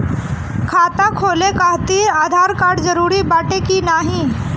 खाता खोले काहतिर आधार कार्ड जरूरी बाटे कि नाहीं?